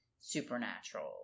supernatural